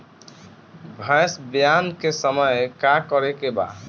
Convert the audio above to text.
भैंस ब्यान के समय का करेके बा?